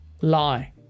lie